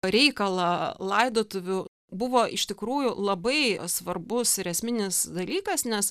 reikalą laidotuvių buvo iš tikrųjų labai svarbus ir esminis dalykas nes